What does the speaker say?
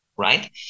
right